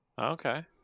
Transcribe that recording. Okay